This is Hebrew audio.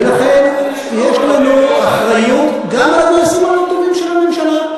ולכן יש לנו אחריות גם למעשים הלא-טובים של הממשלה.